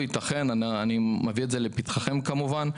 אני מביא את זה לפתחכם כמובן,